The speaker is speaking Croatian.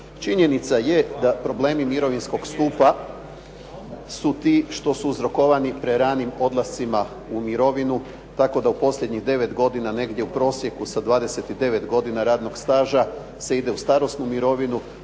Činjenica je da problemi mirovinskog stupa su ti što su uzrokovani preranim odlascima u mirovinu, tako da u posljednjih 9 godina negdje u prosjeku sa 29 godina radnog staža se ide u starosnu mirovinu,